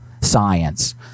Science